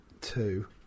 two